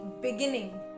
beginning